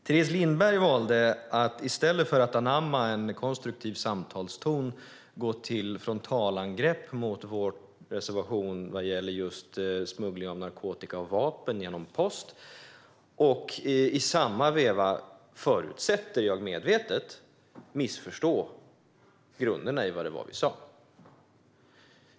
Teres Lindberg valde dock att i stället för att anamma en konstruktiv samtalston gå till frontalangrepp mot vår reservation när det gäller just smuggling av narkotika och vapen genom post, och i samma veva medvetet, förutsätter jag, missförstå grunderna i vad vi sa.